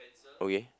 okay